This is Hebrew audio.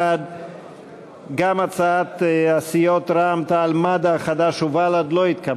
הצעת סיעות רע"ם-תע"ל-מד"ע חד"ש בל"ד להביע